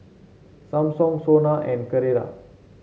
Samsung Sona and Carrera